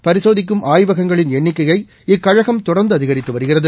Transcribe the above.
பரிசோதிக்கும் ஆய்வகங்களின் எண்ணிக்கையை இக்கழகம் தொடர்ந்து அதிகரித்து வருகிறது